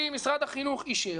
כי משרד החינוך אישר,